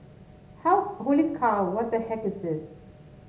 how holy cow what the heck is this